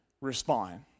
respond